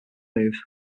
moves